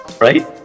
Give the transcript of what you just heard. right